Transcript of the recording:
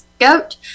goat